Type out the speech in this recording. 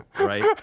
Right